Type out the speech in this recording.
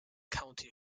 county